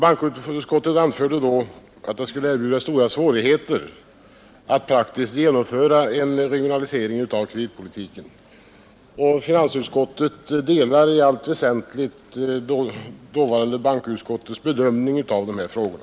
Bankövtskoltet anförde då "att Get Onsdagen den skulle innebära stora svårigheter att praktiskt genomföra en regionalise 17 novenibör 1971 ring av kredit politiken. nior Finansutskottet delar i allt väsentligt dåvarande bankoutskottets Utredning angående bedömning av dessa frågor.